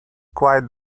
quite